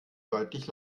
deutlich